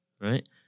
right